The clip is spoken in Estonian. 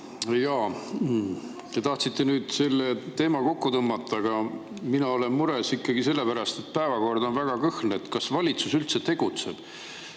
Te tahtsite nüüd selle teema kokku tõmmata, aga mina olen mures ikkagi selle pärast, et päevakord on väga kõhn. Kas valitsus üldse tegutseb?